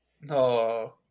No